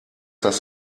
das